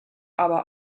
aber